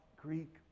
Greek